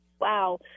wow